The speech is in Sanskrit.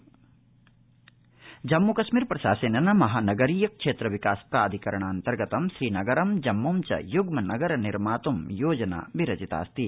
जम्मू कश्मीर एमआरडीए जम्मूकश्मीर प्रशासनेन महानगरीय क्षेत्र विकास प्राधिकरणान्तर्गतं श्रीनगरं जम्मू च युग्मनगर निर्मात् योजना विरचितास्ति